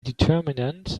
determinant